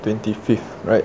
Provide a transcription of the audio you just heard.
twenty fifth right